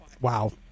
wow